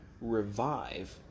revive